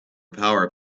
power